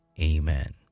Amen